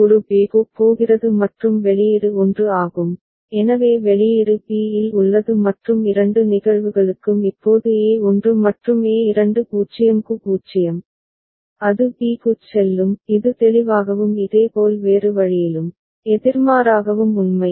ஒரு b க்குப் போகிறது மற்றும் வெளியீடு 1 ஆகும் எனவே வெளியீடு b இல் உள்ளது மற்றும் இரண்டு நிகழ்வுகளுக்கும் இப்போது a1 மற்றும் a2 0 க்கு 0 அது b க்குச் செல்லும் இது தெளிவாகவும் இதேபோல் வேறு வழியிலும் எதிர்மாறாகவும் உண்மை